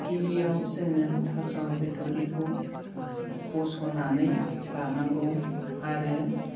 गिबियाव जोङो थास' बिथुरिखौ बस'नानै लानांगौ आरो